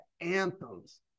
anthems